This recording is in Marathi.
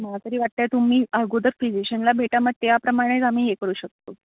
मला तरी वाटत आहे तुम्ही अगोदर फिजिशनला भेटा मग त्याप्रमाणेच आम्ही हे करू शकतो